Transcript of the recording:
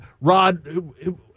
Rod